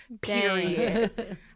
Period